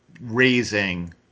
raising